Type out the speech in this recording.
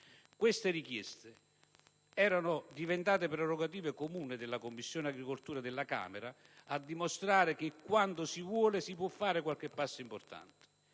Queste richieste erano diventate prerogativa comune della Commissione agricoltura della Camera, a dimostrare che, quando si vuole, si può fare qualche passo importante,